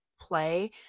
play